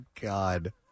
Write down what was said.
God